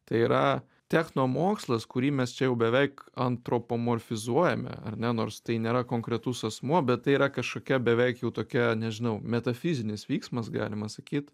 tai yra technomokslas kurį mes čia jau beveik antropomorfizuojame ar ne nors tai nėra konkretus asmuo bet tai yra kažkokia beveik jau tokia nežinau metafizinis vyksmas galima sakyt